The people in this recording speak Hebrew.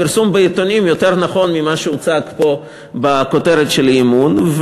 הפרסום בעיתונים יותר נכון ממה שהוצג פה בכותרת של האי-אמון.